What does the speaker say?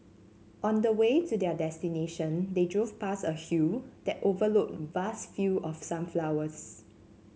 on the way to their destination they drove past a hill that overlooked vast field of sunflowers